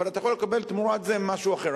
אבל אתה יכול לקבל תמורת זה משהו אחר,